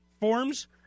forms